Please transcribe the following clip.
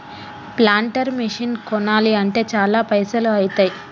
planter machine కొనాలి అంటే చాల పైసల్ ఐతాయ్